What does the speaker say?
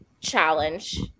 challenge